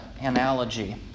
analogy